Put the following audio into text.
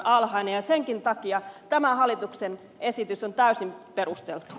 senkin takia tämä hallituksen esitys on täysin perusteltu